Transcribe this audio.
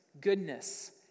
goodness